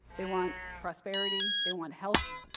they want prosperity, they want health,